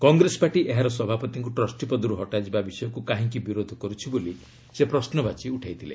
Congress party ଏହାର ସଭାପତିଙ୍କୁ trustee ପଦରୁ ହଟାଯିବା ବିଷୟକୁ କାହିଁକି ବିରୋଧ କରୁଛି ବୋଲି ସେ ପ୍ରଶ୍ୱବାଚୀ ଉଠାଇଥିଲେ